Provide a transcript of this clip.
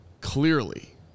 clearly